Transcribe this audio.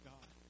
God